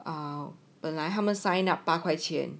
哦本来他们 sign up 八块钱